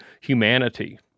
humanity